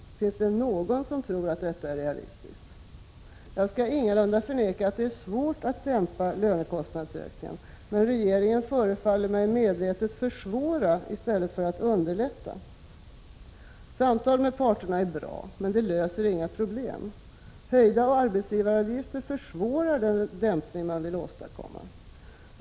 Finns det någon som tror att detta är realistiskt? Jag skall ingalunda förneka att det är svårt för en regering att dämpa lönekostnadsökningen, men regeringen förefaller mig medvetet försvåra i stället för att underlätta. = Samtal med parterna är bra men löser inga problem. —- Höjda arbetsgivaravgifter försvårar den dämpning man vill åstadkomma.